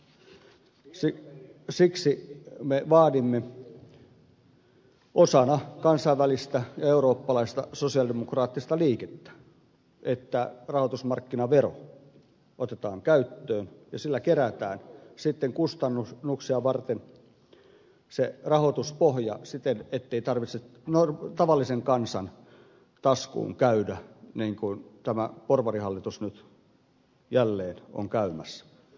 siksi me vaadimme osana kansainvälistä ja eurooppalaista sosiaalidemokraattista liikettä että rahoitusmarkkinavero otetaan käyttöön ja sillä kerätään sitten kustannuksia varten se rahoituspohja siten että ei tarvitse tavallisen kansan taskuun käydä niin kuin tämä porvarihallitus nyt jälleen on käymässä